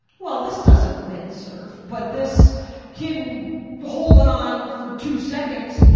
well, this doesn't windsurf, but this can hold on for two seconds,